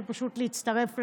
ופשוט להצטרף לניידת.